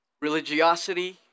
religiosity